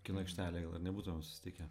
kino aikštelėj gal ir nebūtumėm susitikę